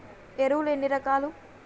ఎరువులు ఎన్ని రకాలు?